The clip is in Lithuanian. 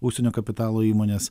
užsienio kapitalo įmonės